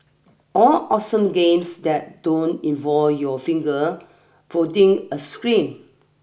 all awesome games that don't involve your finger pudding a screen